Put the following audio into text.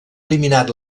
eliminat